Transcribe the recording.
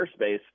airspace